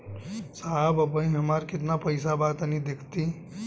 साहब अबहीं हमार कितना पइसा बा तनि देखति?